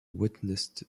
witnessed